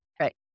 Right